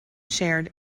shared